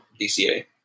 DCA